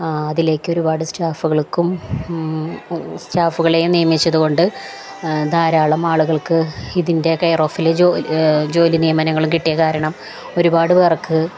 അതിലേക്ക് ഒരുപാട് സ്റ്റാഫുകൾക്കും സ്റ്റാഫുകളെ നിയമിച്ചതുകൊണ്ടു ധാരാളം ആളുകൾക്ക് ഇതിൻ്റെ കെയറോഓഫില് ജോലി നിയമനങ്ങളും കിട്ടിയതു കാരണം ഒരുപാടു പേർക്ക്